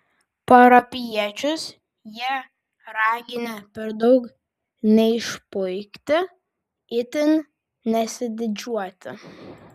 parapijiečius jie raginę per daug neišpuikti itin nesididžiuoti